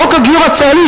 בחוק הגיור הצה"לי,